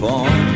on